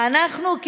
ואנחנו,